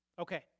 Okay